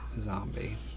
zombie